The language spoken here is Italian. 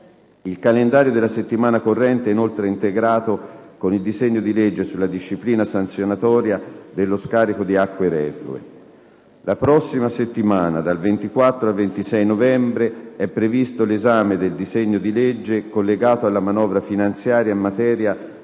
Il calendario della settimana corrente è inoltre integrato con il disegno di legge sulla disciplina sanzionatoria dello scarico di acque reflue. La prossima settimana - dal 24 al 26 novembre - è previsto l'esame del disegno di legge collegato alla manovra finanziaria in materia